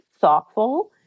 thoughtful